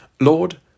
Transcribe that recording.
Lord